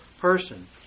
person